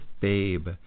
Babe